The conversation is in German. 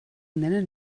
nennen